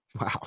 Wow